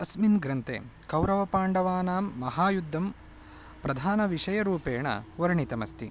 अस्मिन् ग्रन्थे कौरवपाण्डवानां महायुद्धं प्रधानविषयरूपेण वर्णितमस्ति